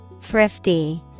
Thrifty